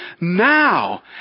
now